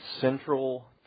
central